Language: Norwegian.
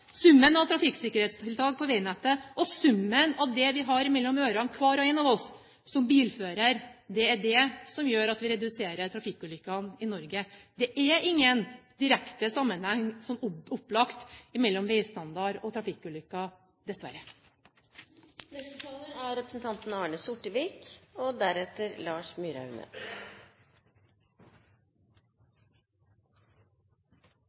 Summen av å bygge disse veiene, summen av trafikksikkerhetstiltak på veinettet og summen av det vi har mellom ørene hver og en av oss som bilførere, er det som gjør at vi reduserer trafikkulykkene i Norge. Det er ingen direkte og opplagt sammenheng mellom veistandard og trafikkulykker